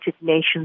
Nations